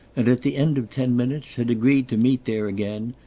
and at the end of ten minutes had agreed to meet there again,